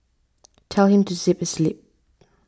tell him to zip his lip